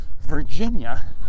Virginia